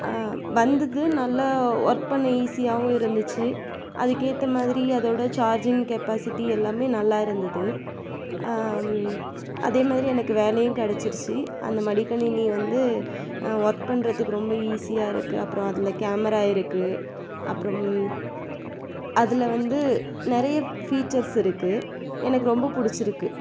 வந்துது நல்லா ஒர்க் பண்ண ஈசியாகவும் இருந்துச்சு அதுக்கு ஏற்ற மாதிரி அதோட சார்ஜிங் கெப்பாசிட்டி எல்லாமே நல்லா இருந்துது அதே மாரி எனக்கு வேலையும் கிடச்சிருச்சி அந்த மடிக்கணினி வந்து ஒர்க் பண்ணுறதுக்கு ரொம்ப ஈசியாக இருக்கு அப்புறம் அதில் கேமரா இருக்கு அப்புறம் அதில் வந்து நிறைய ஃபீச்சர்ஸ் இருக்கு எனக்கு ரொம்ப பிடிச்சிருக்கு